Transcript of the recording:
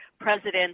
president